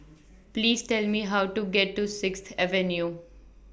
Please Tell Me How to get to Sixth Avenue